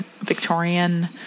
Victorian